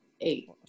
eight